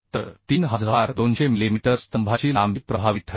तर 3200 मिलीमीटर स्तंभाची लांबी प्रभावी ठरेल